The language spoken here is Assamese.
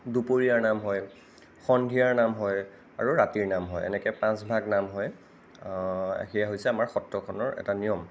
দুপৰীয়াৰ নাম হয় সন্ধিয়াৰ নাম হয় আৰু ৰাতিৰ নাম হয় এনেকৈ পাঁচ ভাগ নাম হয় সেইয়া হৈছে আমাৰ সত্ৰখনৰ এটা নিয়ম